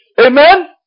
Amen